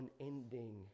unending